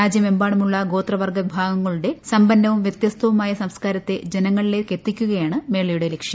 രാജ്യമെമ്പാടുമുള്ള ഗോത്രവർഗ വിഭാഗങ്ങളുടെ സമ്പന്നവും വൃത്യസ്തവുമായ സംസ്കാരത്തെ ജനങ്ങളിലേയ്ക്കെത്തിക്കുകയാണ് മേളയുടെ ലക്ഷ്യം